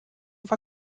war